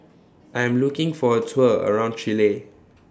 I Am looking For A Tour around Chile